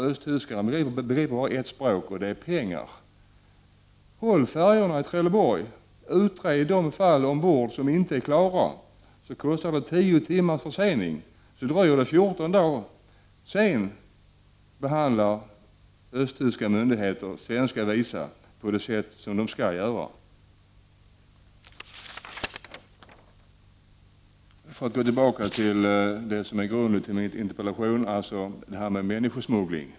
Östtyskarna begriper bara ett språk, och det är pengar. Håll kvar färjorna i Trelleborg och utred ombord de fall som inte är klara! Det kostar tio timmars försening. 14 dagar senare behandlar östtyska myndigheter svenska visa på det sätt de skall göra. Jag går tillbaka till det som är bakgrunden till min interpellation, nämligen detta med människosmuggling.